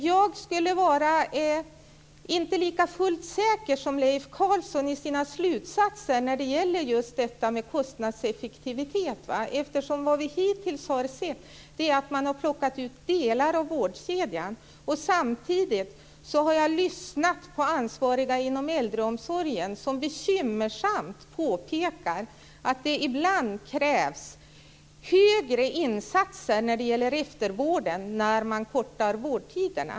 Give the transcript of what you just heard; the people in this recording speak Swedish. Jag skulle inte var lika fullt säker som Leif Carlson är i sina slutsatser när det gäller just detta med kostnadseffektivitet. Vad vi hittills har sett är att man har plockat ut delar av vårdkedjan. Samtidigt har jag lyssnat på ansvariga inom äldreomsorgen som bekymmersamt påpekar att det ibland krävs större insatser när det gäller eftervården när man kortar vårdtiderna.